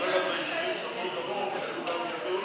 צפון דרום,